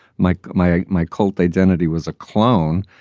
my my ah my cult identity was a clone.